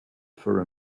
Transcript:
for